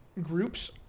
groups